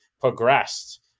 progressed